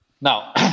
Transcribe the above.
Now